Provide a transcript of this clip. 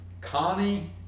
Connie